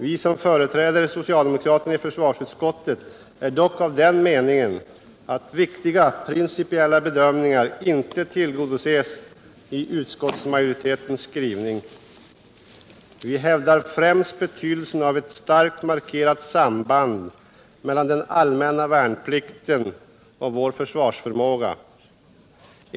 Vi som företräder socialdemokraterna i försvarsutskottet är dock av den meningen att viktiga principiella bedömningar inte tillgodoses i utskottsmajoritetens skrivning. Vi hävdar främst betydelsen av att starkt markera sambandet mellan den allmänna värnplikten och vår försvarsförmåga.